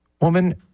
woman